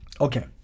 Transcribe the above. Okay